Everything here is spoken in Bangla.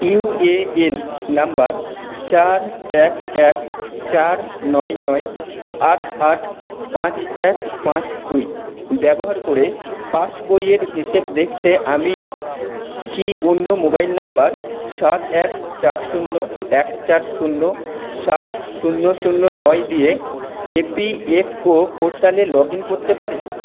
ইউএএন নাম্বার চার এক এক চার নয় নয় আট আট পাঁচ এক পাঁচ দুই ব্যবহার করে পাসবইয়ের হিসেব দেখতে আমি কি অন্য মোবাইল নাম্বার সাত এক চার শূন্য এক চার শূন্য সাত শূন্য শূন্য নয় দিয়ে ইপিএফও পোর্টালে লগ ইন করতে পারি